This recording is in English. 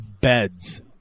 Beds